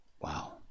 Wow